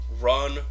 run